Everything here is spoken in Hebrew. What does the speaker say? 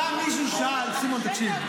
פעם מישהו שאל, סימון, תקשיב.